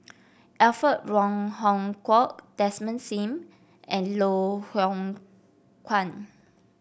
Alfred Wong Hong Kwok Desmond Sim and Loh Hoong Kwan